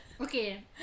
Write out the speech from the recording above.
Okay